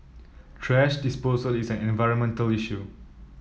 thrash disposal is an environmental issue